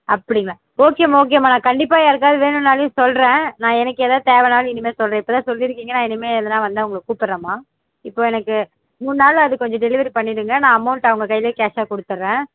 அப்படிங்களா ஓகேம்மா ஓகேம்மா நான் கண்டிப்பாக யாருக்காவது வேணும்னாலும் சொல்கிறேன் நான் எனக்கு எதாவது தேவைன்னாலும் இனிமேல் சொல்கிறேன் இப்போ தான் சொல்லியிருக்கீங்க நான் இனிமேல் எதுனா வந்தால் உங்களை கூப்பிர்றேம்மா இப்போது எனக்கு மூணு நாளில் அது கொஞ்சம் டெலிவரி பண்ணிவிடுங்க நான் அமௌண்ட் அவங்க கையிலே கேஷாக கொடுத்தர்றேன்